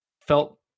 felt